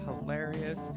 hilarious